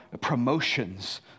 promotions